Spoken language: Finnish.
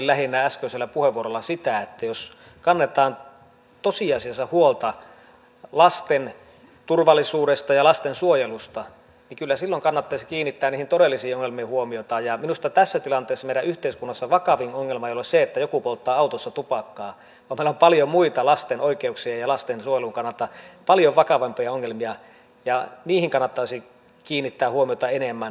tarkoitin äskeisellä puheenvuorolla lähinnä sitä että jos kannetaan tosiasiassa huolta lasten turvallisuudesta ja lastensuojelusta niin kyllä silloin kannattaisi kiinnittää niihin todellisiin ongelmiin huomiota ja minusta tässä tilanteessa meidän yhteiskunnassa vakavin ongelma ei ole se että joku polttaa autossa tupakkaa vaan meillä on paljon muita lasten oikeuksien ja lastensuojelun kannalta vakavampia ongelmia ja niihin kannattaisi kiinnittää huomiota enemmän